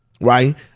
Right